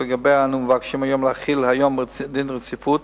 ועליה אנו מבקשים היום להחיל דין רציפות,